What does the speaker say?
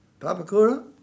Papakura